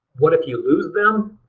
what if you lose them?